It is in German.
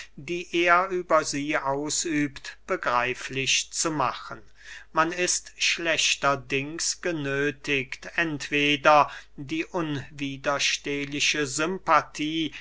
die er über sie ausübt begreiflich zu machen man ist schlechterdings genöthigt entweder die unwiderstehliche sympathie